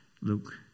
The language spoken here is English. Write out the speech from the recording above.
Luke